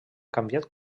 canviat